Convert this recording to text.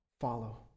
follow